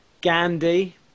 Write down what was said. Gandhi